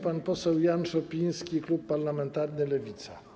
Pan poseł Jan Szopiński, Klub Parlamentarny Lewica.